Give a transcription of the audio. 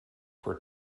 for